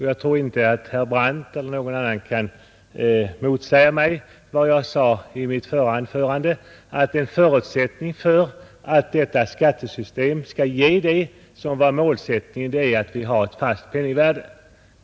Jag tror inte att herr Brandt eller någon annan kan motsäga vad jag sade i mitt förra anförande om att en förutsättning för att detta skattesystem skall ge det som var målsättningen är att vi har ett fast penningvärde.